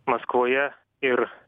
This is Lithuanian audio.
maskvoje ir